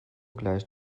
gleicht